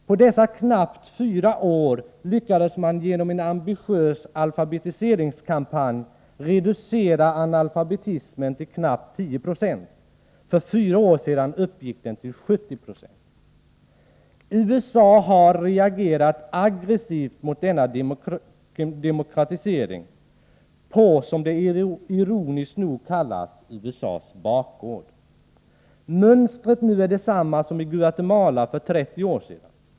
På de knappt fyra år som förflutit lyckades man genom en ambitiös alfabetiseringskampanj reducera analfabetismen till mindre än 10 96. För fyra år sedan uppgick den till 70 90. USA har reagerat aggressivt mot denna demokratisering på — som det ironiskt nog kallas — USA:s bakgård. Mönstret nu är detsamma som i Guatemala för 30 år sedan.